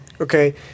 Okay